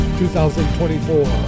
2024